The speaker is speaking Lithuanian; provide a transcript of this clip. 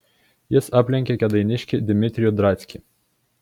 jis aplenkė kėdainiškį dimitrijų drackį